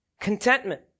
contentment